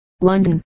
London